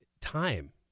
time